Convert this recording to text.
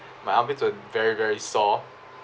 my armpits were v~ very very sore